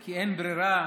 כי אין ברירה,